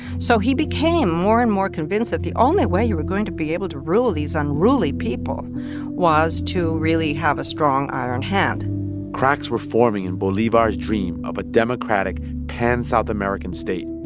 so he became more and more convinced that the only way you were going to be able to rule these unruly people was to really have a strong iron hand cracks were forming in bolivar's dream of a democratic pan-south american state.